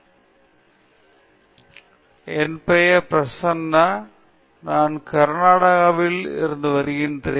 பிரசன்னா வணக்கம் சார் என் பெயர் பிரசன்னா நான் கர்நாடகாவில் இருக்கிறேன்